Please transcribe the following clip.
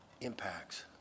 impacts